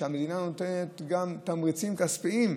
שהמדינה נותנת תמריצים כספיים,